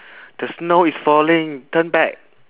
the snow is falling turn back